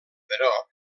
però